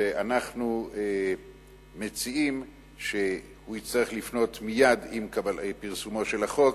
ואנחנו מציעים שהוא יצטרך לפנות מייד עם פרסומו של החוק,